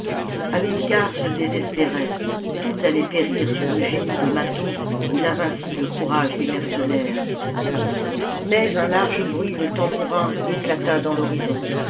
hamilcar se désespérait tout allait périr sous le génie de mâtho et l'invincible courage des mercenaires mais un large bruit de tambourins éclata dans l'horizon